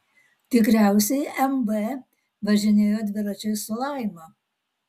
tikriausiai mb važinėjo dviračiais su laima